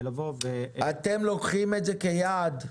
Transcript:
אתם לוקחים את זה כיעד?